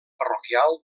parroquial